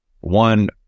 one